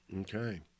Okay